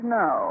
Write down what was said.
no